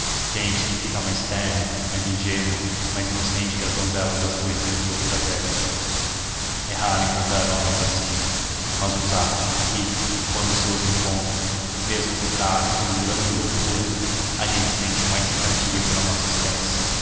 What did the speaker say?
gente que fica mais terna mais ingênua mais inocente que as donzelas das poesias de outras épocas é raro encontrar homens assim mas os há e quando se os encontra mesmo tocados de um grão de loucura a gente sente mais simpatia pela nossa espécie